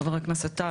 חבר הכנסת טל,